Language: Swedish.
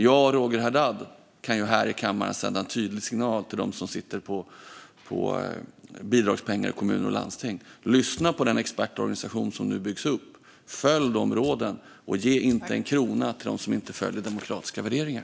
Jag och Roger Haddad kan dock här i kammaren sända en tydlig signal till dem som sitter på bidragspengar i kommuner och regioner: Lyssna på den expertorganisation som nu byggs upp! Följ de råden, och ge inte en krona till dem som inte följer demokratiska värderingar!